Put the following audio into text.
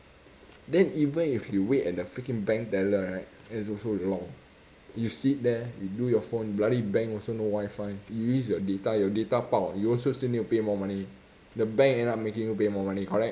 then even if you wait at the freaking bank teller right that's also long you sit there you do your phone bloody bank also no wifi you use your data your data 爆 you also need to pay more money the bank end up making you pay more money correct